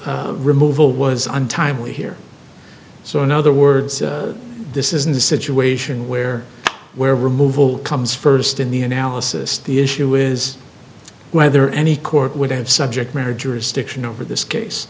argue removal was untimely here so in other words this isn't a situation where where removal comes first in the analysis the issue is whether any court would have subject matter jurisdiction over this case